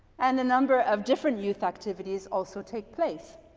and the number of different youth activities also take place.